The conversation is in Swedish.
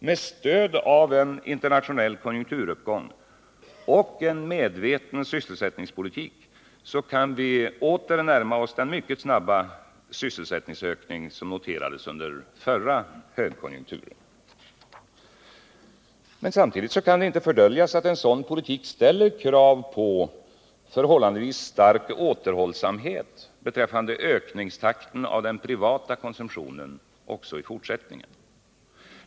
Med stöd av en internationell konjunkturuppgång och en medveten sysselsättningspolitik kan vi åter närma oss den mycket snabba sysselsättningsökning som noterades under förra högkonjunkturen. Samtidigt kan det inte fördöljas att en sådan politik ställer krav på förhållandevis stark återhållsamhet beträffande ökningstakten av den privata konsumtionen också i fortsättningen.